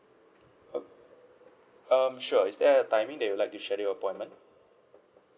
uh um sure is there a timing that you'd like to schedule appointment